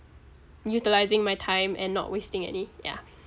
utilising my time and not wasting any yeah